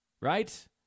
right